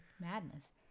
madness